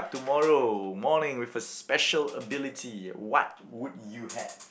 tomorrow morning with the special ability what would you have